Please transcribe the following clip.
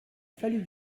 fallu